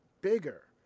bigger